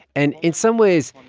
and in some ways,